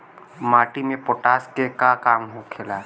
माटी में पोटाश के का काम होखेला?